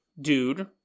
dude